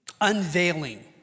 unveiling